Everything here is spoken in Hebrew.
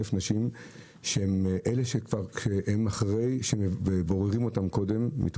אלה נשים אחרי שבוררים אותן קודם.